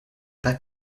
pas